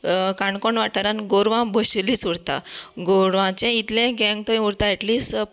काणकोण वाठारांत गोरवां बशिल्लीच उरता गोरवांचे इतले गँग थंय उरता एटलीस्ट